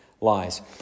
lies